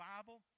Bible